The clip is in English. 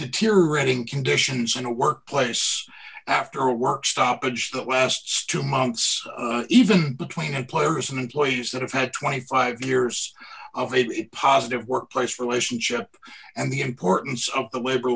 deteriorating conditions in a workplace after a work stoppage the lasts two months even between had players and employees that have had twenty five years of it positive workplace relationship and the importance of the labor